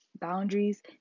boundaries